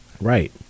Right